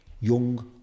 young